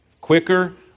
quicker